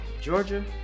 Georgia